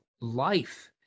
life